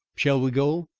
shall we go?